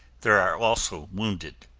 there are also wounded.